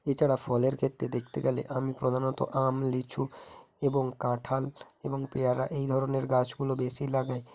এছাড়া ফলের ক্ষেত্রে দেখতে গেলে আমি প্রধানত আম লিচু এবং কাঁঠাল এবং পেয়ারা এই ধরনের গাছগুলো বেশি লাগাই